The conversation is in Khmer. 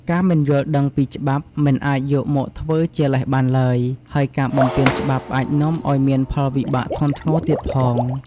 ការមិនយល់ដឹងពីច្បាប់មិនអាចយកមកធ្វើជាលេសបានឡើយ ហើយការបំពានច្បាប់អាចនាំឱ្យមានផលវិបាកធ្ងន់ធ្ងរទៀតផង។